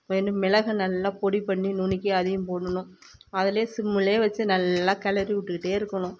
menu மிளகை நல்லா பொடி பண்ணி நுணுக்கி அதையும் போடணும் அதிலே சிம்முலே வெச்சு நல்லா கெளரி விட்டுக்கிட்டே இருக்கணும்